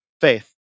Faith